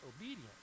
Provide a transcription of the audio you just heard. obedient